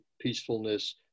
peacefulness